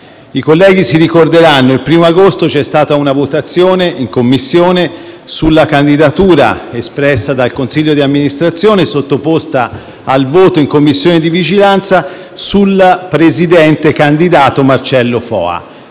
I colleghi ricorderanno che il 1° agosto in quella sede c'è stata una votazione sulla candidatura espressa dal consiglio di amministrazione e sottoposta al voto in Commissione di vigilanza sul presidente candidato Marcello Foa.